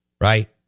Right